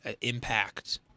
impact